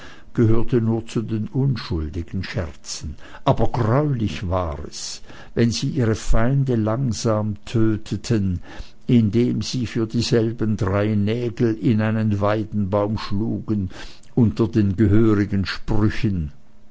gehörte nur zu den unschuldigen scherzen aber greulich war es wenn sie ihre feinde langsam töteten indem sie für dieselben drei nägel in einen weidenbaum schlugen unter den gehörigen sprüchen